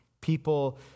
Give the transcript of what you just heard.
People